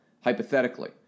hypothetically